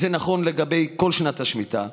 זה נכון לכל שנת השמיטה,